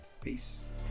Peace